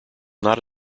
not